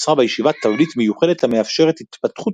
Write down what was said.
נוצרה בישיבה תבנית מיוחדת המאפשרת התפתחות